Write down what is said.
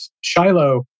Shiloh